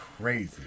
crazy